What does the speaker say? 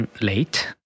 late